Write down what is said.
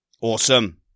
Awesome